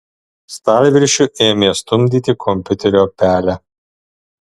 stalviršiu ėmė stumdyti kompiuterio pelę